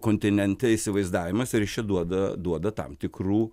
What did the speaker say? kontinente įsivaizdavimas ir jis čia duoda duoda tam tikrų